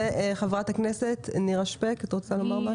חברת הכנסת נירה שפק, את רוצה לומר משהו?